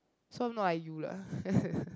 so I'm not like you lah